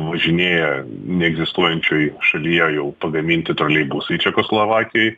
važinėja neegzistuojančioj šalyje jau pagaminti troleibusai čekoslovakijoj